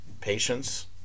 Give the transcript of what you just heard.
patience